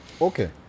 Okay